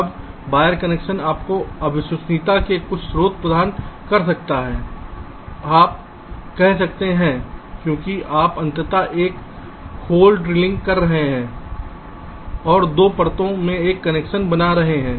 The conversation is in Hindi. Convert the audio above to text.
अब वायर कनेक्शन आपको अविश्वसनीयता के कुछ स्रोत द्वारा प्रदान कर सकता है आप कह सकते हैं क्योंकि आप अंततः एक होल ड्रिलिंग कर रहे हैं और दो परतों में एक कनेक्शन बना रहे हैं